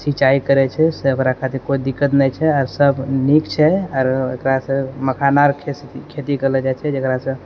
सिञ्चाइ करै छै से ओकरा खातिर कोइ दिक्कत नहि छै आओर सभ नीक छै अर ओकरा सभ मखाना आओरके खेती करल जाइ छै जेकरासँ